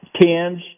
tens